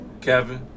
kevin